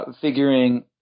figuring